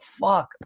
fuck